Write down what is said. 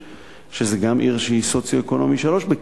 שזאת גם עיר שהיא סוציו-אקונומי 3. בקיצור,